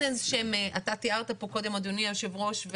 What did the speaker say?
אתה תיארת פה קודם אדוני היושב ראש,